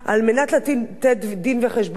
על מנת לתת דין-וחשבון,